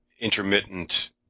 intermittent